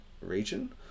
region